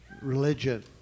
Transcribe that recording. religion